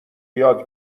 یاد